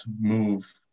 move